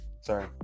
Sorry